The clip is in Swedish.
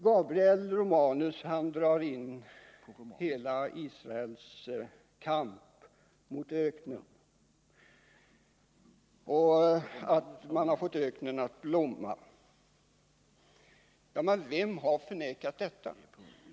Gabriel Romanus drar in Israels kamp mot öknen, att man har fått öknen att blomma. Vem har förnekat det?